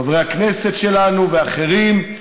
חברי הכנסת שלנו ואחרים,